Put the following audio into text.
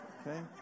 okay